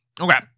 Okay